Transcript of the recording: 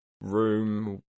room